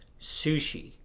sushi